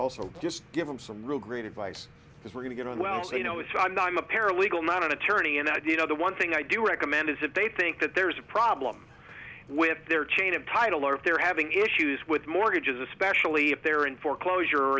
also just give them some real great advice because we're going to well you know it's i'm not i'm a paralegal not an attorney and i did the one thing i do recommend is if they think that there's a problem with their chain of title or if they're having issues with mortgages especially if they're in foreclosure